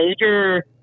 major